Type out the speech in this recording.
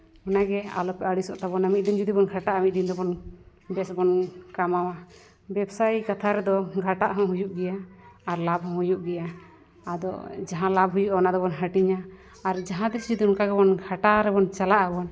ᱚᱱᱟᱜᱮ ᱟᱞᱚᱯᱮ ᱟᱹᱲᱤᱥᱚᱜ ᱛᱟᱵᱚᱱᱟ ᱢᱤᱫ ᱫᱤᱱ ᱡᱩᱫᱤ ᱵᱚᱱ ᱠᱷᱟᱴᱟᱜᱼᱟ ᱢᱤᱫ ᱫᱤᱱ ᱫᱚᱵᱚᱱ ᱵᱮᱥ ᱵᱚᱱ ᱠᱟᱢᱟᱣᱟ ᱵᱮᱵᱽᱥᱟᱭ ᱠᱟᱛᱷᱟ ᱨᱮᱫᱚ ᱠᱷᱟᱴᱟᱜ ᱦᱚᱸ ᱦᱩᱭᱩᱜ ᱜᱮᱭᱟ ᱟᱨ ᱞᱟᱵᱷ ᱦᱚᱸ ᱦᱩᱭᱩᱜ ᱜᱮᱭᱟ ᱟᱫᱚ ᱡᱟᱦᱟᱸ ᱞᱟᱵᱷ ᱦᱩᱭᱩᱜᱼᱟ ᱚᱱᱟ ᱫᱚᱵᱚᱱ ᱦᱟᱹᱴᱤᱧᱟ ᱟᱨ ᱡᱟᱦᱟᱸ ᱛᱤᱥ ᱡᱩᱫᱤ ᱚᱱᱠᱟ ᱜᱮᱵᱚᱱ ᱜᱷᱟᱴᱟᱣ ᱨᱮᱵᱚᱱ ᱪᱟᱞᱟᱜ ᱟᱵᱚᱱ